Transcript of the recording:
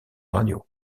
radio